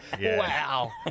Wow